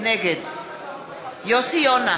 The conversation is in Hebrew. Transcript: נגד יוסי יונה,